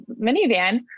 minivan